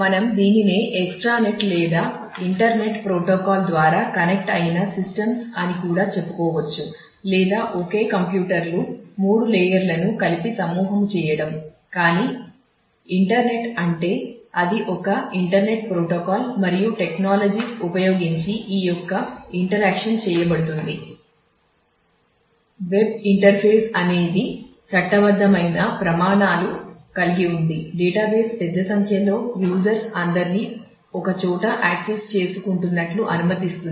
మనం దీనినే extranet చేయబడుతుంది